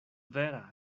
vera